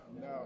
No